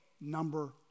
number